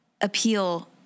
Appeal